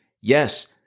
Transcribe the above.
yes